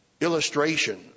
illustration